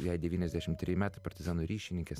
jai devyniasdešimt treji metai partizanų ryšininkės